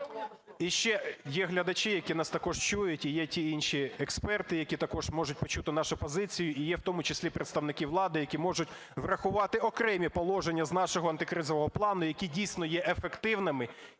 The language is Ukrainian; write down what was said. І ще, є глядачі, які нас також чують, і є ті інші експерти, які також можуть почути нашу позицію, і є в тому числі представники влади, які можуть врахувати окремі положення з нашого антикризового плану, які, дійсно, є ефективними.